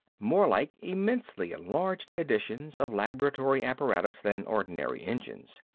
more like immensely enlarged editions of laboratory apparatus than ordinary engines.